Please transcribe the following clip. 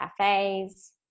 cafes